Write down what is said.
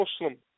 Muslim